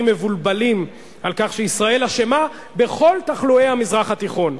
מבולבלים על כך שישראל אשמה בכל תחלואי המזרח התיכון.